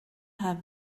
have